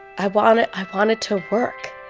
i wanted i wanted to work.